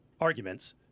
arguments